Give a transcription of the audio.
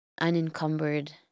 unencumbered